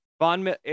Von